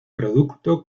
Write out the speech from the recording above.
producto